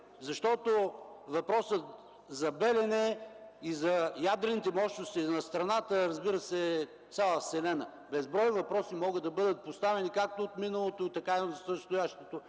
Защото проблемът за „Белене” и за ядрените мощности на страната, разбира се, е цяла Вселена. Безброй въпроси могат да бъдат поставени както от миналото, така и от настоящето,